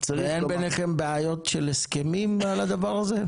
אין ביניכם בעיות של הסכמים על הדבר הזה?